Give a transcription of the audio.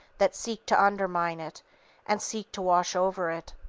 that seek to undermine it and seek to wash over it.